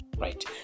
right